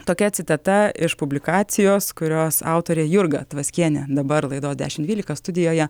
tokia citata iš publikacijos kurios autorė jurga tvaskienė dabar laidoj dešimt dvylika studijoje